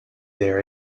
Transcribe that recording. there